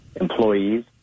employees